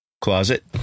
closet